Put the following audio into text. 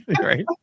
right